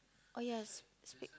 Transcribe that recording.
oh ya